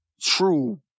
true